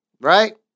Right